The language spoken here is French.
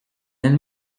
elle